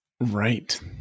Right